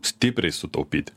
stipriai sutaupyti